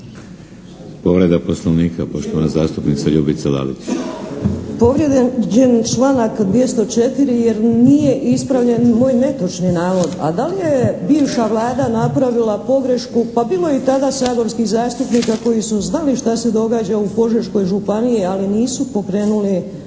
Povreda poslovnika poštovana zastupnica Ljubica Lalić. **Lalić, Ljubica (HSS)** Povrijeđen je članak 204. nije ispravljen moj netočni navod. A da li je bivša Vlada napravila pogrešku, pa bilo je i tada saborskih zastupnika koji su znali šta se događa u Požeškoj županiji ali nisu pokrenuli